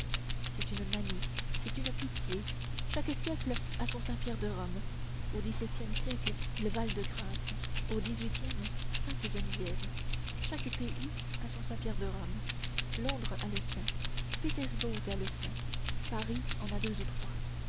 c'est une manie c'est une pitié chaque siècle a son saint-pierre de rome au dix-septième siècle le val-de-grâce au dix-huitième sainte-geneviève chaque pays a son saint-pierre de rome londres a le sien pétersbourg a le sien paris en a deux ou trois